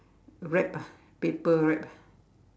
wrap ah paper wrap